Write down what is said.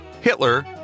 Hitler